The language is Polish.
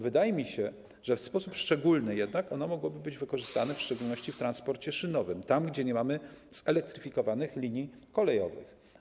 Wydaje mi się, że w sposób szczególny jednak ono mogłoby być wykorzystane zawłaszcza w transporcie szynowym, tam gdzie nie mamy zelektryfikowanych linii kolejowych.